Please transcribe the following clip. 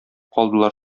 калдылар